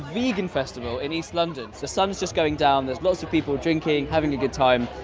vegan festival in east london. the sun is just going down there's lots of people drinking, having a good time.